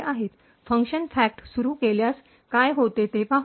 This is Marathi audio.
फंक्शन फॅक्ट सुरू केल्यास काय होते ते पाहू